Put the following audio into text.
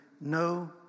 no